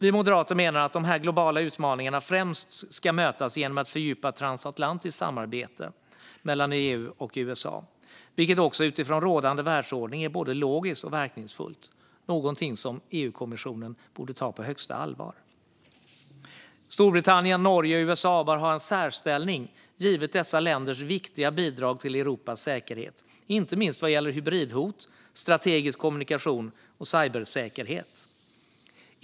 Vi moderater menar att dessa globala utmaningar främst ska mötas genom ett fördjupat transatlantiskt samarbete mellan EU och USA, vilket utifrån rådande världsordning är både logiskt och verkningsfullt och något EU-lommissionen borde ta på största allvar. Storbritannien, Norge och USA bör ha en särställning givet dessa länders viktiga bidrag till Europas säkerhet, inte minst vad gäller hybridhot, strategisk kommunikation och cybersäkerhet.